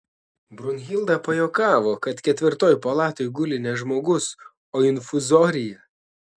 brunhilda pajuokavo kad ketvirtoj palatoj guli ne žmogus o infuzorija